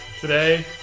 Today